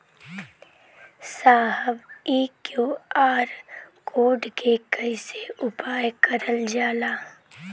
साहब इ QR code के कइसे उपयोग करल जाला?